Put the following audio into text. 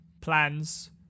plans